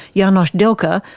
janosch delcker,